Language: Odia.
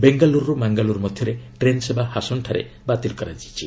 ବେଙ୍ଗାଲୁରୁରୁ ମାଙ୍ଗାଲୁର ମଧ୍ୟରେ ଟ୍ରେନ୍ ସେବା ହାସନଠାରେ ବାତିଲ କରାଯାଇଛି